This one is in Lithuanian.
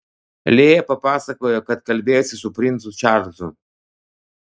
lėja papasakojo kad kalbėjosi su princu čarlzu